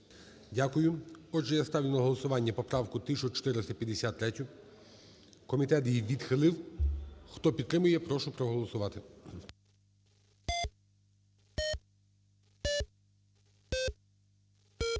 Дякую. Отже, я ставлю на голосування поправку 1453. Комітет її відхилив. Хто підтримує, я прошу проголосувати.